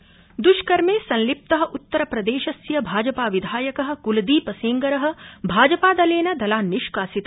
अपरत्र दृष्कर्मे संलिप्त उत्तरप्रदेशस्य भाजपा विधायक क्लदीप सेंगर भाजपादलेन दलान्निष्कासित